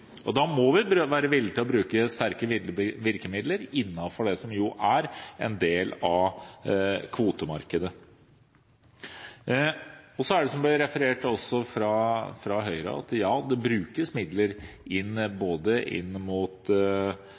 Da må vi være villige til å bruke sterke virkemidler innenfor det som jo er en del av kvotemarkedet. Så er det slik, som det ble referert til fra Høyre, at det brukes midler